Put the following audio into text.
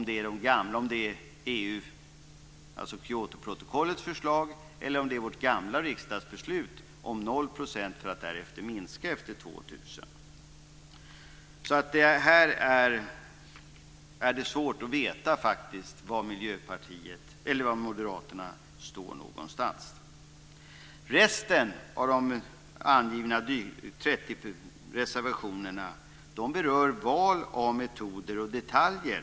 Det står inte om de stöder Kyotoprotokollets förslag eller vårt gamla riksdagsbeslut om 0 % i ökning av utsläpp för att därefter minska dem till år 2002. Här är det svårt att veta vad Moderaterna står någonstans. Resten av de 36 reservationerna berör val av metoder och detaljer.